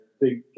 big